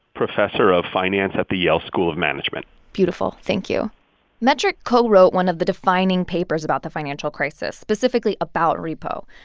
professor of finance at the yale school of management beautiful. thank you metrick co-wrote one of the defining papers about the financial crisis, specifically about repo.